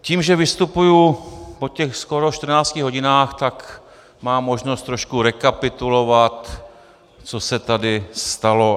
Tím, že vystupuju po těch skoro 14 hodinách, tak mám možnost trošku rekapitulovat, co se tady stalo.